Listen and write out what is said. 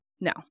Now